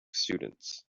students